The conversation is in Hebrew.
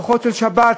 ארוחות של שבת,